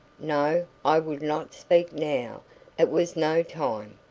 no, i would not speak now it was no time.